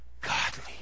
godly